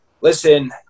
Listen